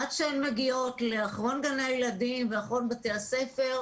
עד שהן מגיעות לאחרון גני הילדים ולאחרון בתי הספר,